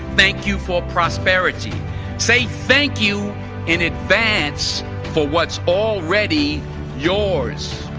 thank you for prosperity say thank you in advance for what's already yours